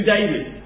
David